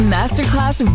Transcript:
Masterclass